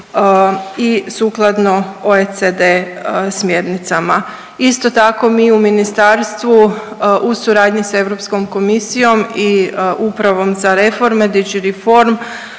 i sukladno OECD smjernicama. Isto tako mi u ministarstvu u suradnji sa Europskom komisijom i Upravom za reforme … reforme